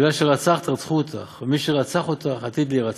בגלל שרצחת רצחו אותך, ומי שרצח אותך עתיד להירצח.